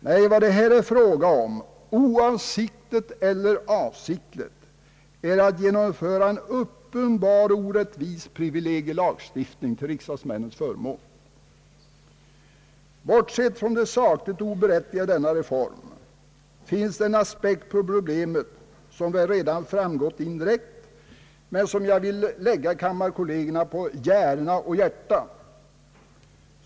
Nej, vad det här rör sig om — oavsiktligt eller avsiktligt — är att genomföra en uppenbart orättvis privilegielagstiftning till riksdagsmännens förmån. Bortsett från det sakligt oberättigade i denna reform finns en aspekt på problemet, som väl redan framgått indirekt men som jag vill lägga kammarkollegerna på hjärna och hjärta.